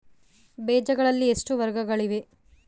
ಬೇಜಗಳಲ್ಲಿ ಎಷ್ಟು ವರ್ಗಗಳಿವೆ?